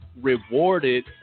rewarded